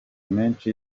menshi